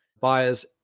buyers